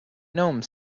gnome